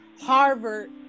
Harvard